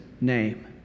name